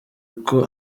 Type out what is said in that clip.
uko